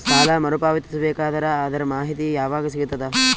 ಸಾಲ ಮರು ಪಾವತಿಸಬೇಕಾದರ ಅದರ್ ಮಾಹಿತಿ ಯವಾಗ ಸಿಗತದ?